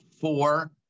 four